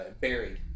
Buried